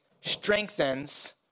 strengthens